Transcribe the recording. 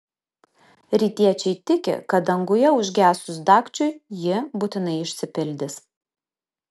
rytiečiai tiki kad danguje užgesus dagčiui ji būtinai išsipildys